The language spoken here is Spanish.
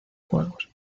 juegos